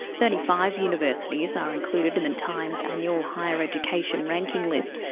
thirty five universities are included in the times annual higher education ranking list,